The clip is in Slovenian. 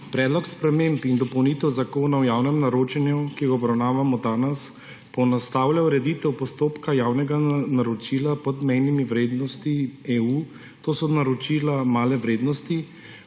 Predlog sprememb in dopolnitev Zakona o javnem naročanju, ki ga obravnavamo danes, poenostavlja ureditev postopka javnega naročila pod mejnimi vrednostmi EU, to so naročila male vrednosti,